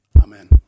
amen